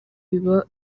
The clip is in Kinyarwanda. biba